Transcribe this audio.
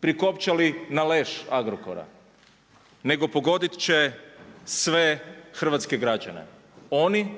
prikopčali na leš Agrokora, nego pogoditi će sve hrvatske građane, oni